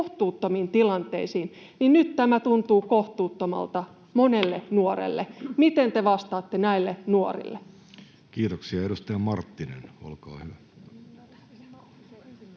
kohtuuttomiin tilanteisiin, niin nyt tämä tuntuu kohtuuttomalta monelle nuorelle. Miten te vastaatte näille nuorille? Kiitoksia. — Edustaja Marttinen, olkaa hyvä.